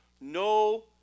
no